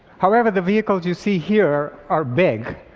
however, the vehicles you see here are big.